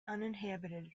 uninhabited